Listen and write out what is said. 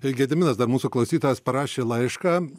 tai gediminas dar mūsų klausytojas parašė laišką